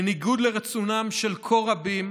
בניגוד לרצונם של כה רבים.